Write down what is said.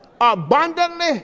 abundantly